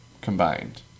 combined